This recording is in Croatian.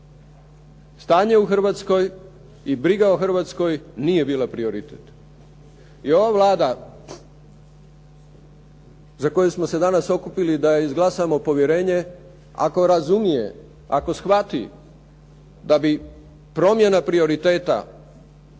Stanje u Hrvatskoj i briga o Hrvatskoj nije bila prioritet i ova Vlada za koju smo se danas okupili da joj izglasamo povjerenje ako razumije, ako shvati da bi promjena prioriteta